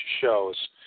shows